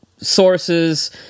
sources